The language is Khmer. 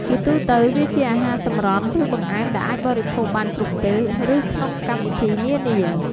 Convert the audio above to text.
ជាទូទៅ វាជាអាហារសម្រន់ ឬបង្អែម ដែលអាចបរិភោគបានគ្រប់ពេល ឬក្នុងកម្មវិធីនានា។